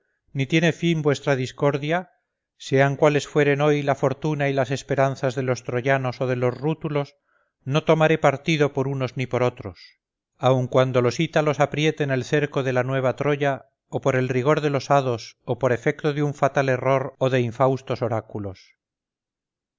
ni tiene fin vuestra discordia sean cuales fueren hoy la fortuna y las esperanzas de los troyanos o de los rútulos no tomaré partido por unos ni por otros aun cuando los ítalos aprieten el cerco de la nueva troya o por el rigor de los hados o por efecto de un fatal error o de infaustos oráculos